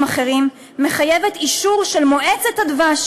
אחרים מחייבת אישור של מועצת הדבש,